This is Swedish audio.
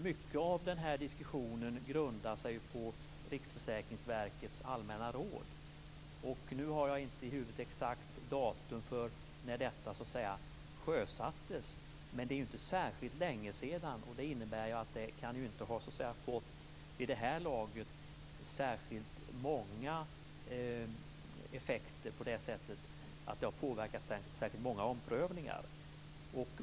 Mycket av denna diskussion grundar sig på Riksförsäkringsverkets allmänna råd. Nu har jag inte det exakta datumet i huvudet för när detta sjösattes, men det är inte särskilt länge sedan. Det innebär att det vid det här laget inte kan ha fått särskilt många effekter på det sättet att det har påverkat särskilt många omprövningar.